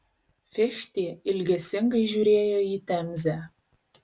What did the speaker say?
fichtė ilgesingai žiūrėjo į temzę